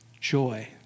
Joy